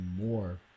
more